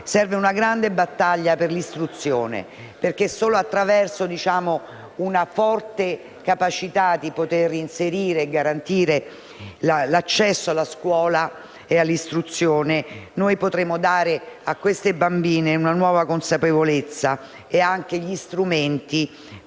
Serve una grande battaglia per l'istruzione, perché solo attraverso una forte capacità di garantire l'accesso alla scuola e all'istruzione potremo dare a queste bambine una nuova consapevolezza e anche gli strumenti